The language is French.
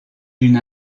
d’une